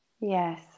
yes